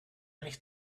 nicht